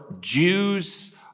Jews